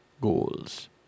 goals